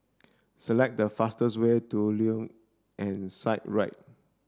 select the fastest way to Luge and Skyride